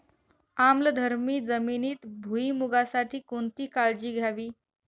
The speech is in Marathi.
आम्लधर्मी जमिनीत भुईमूगासाठी कोणती काळजी घ्यावी?